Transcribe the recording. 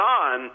on